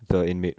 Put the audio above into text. the inmate